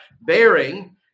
bearing